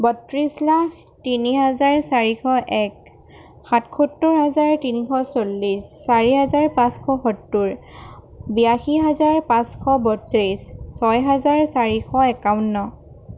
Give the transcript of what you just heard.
বত্ৰিছ লাখ তিনি হাজাৰ চাৰিশ এক সাতসত্তৰ হাজাৰ তিনিশ চল্লিছ চাৰি হাজাৰ পাঁচশ সত্তৰ বিৰাশী হাজাৰ পাঁচশ বত্ৰিছ ছয় হাজাৰ চাৰিশ একাৱন্ন